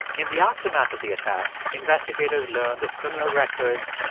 in the aftermath of the attacks, investigators learned of criminal records,